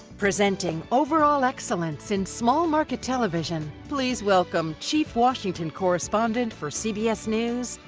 presenting overall excellence in small market television. please welcome chief washington correspondent for cbs news.